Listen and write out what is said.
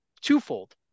twofold